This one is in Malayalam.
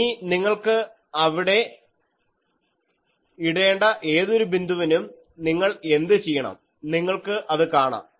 ഇനി നിങ്ങൾക്ക് അവിടെ ഇടേണ്ട ഏതൊരു ബിന്ദുവിനും നിങ്ങൾ എന്ത് ചെയ്യണം നിങ്ങൾക്ക് അത് കാണാം